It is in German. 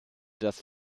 das